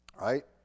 Right